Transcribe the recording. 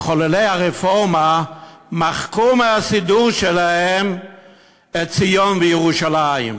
מחוללי הרפורמה מחקו מהסידור שלהם את "ציון" ו"ירושלים"